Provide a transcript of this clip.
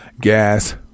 gas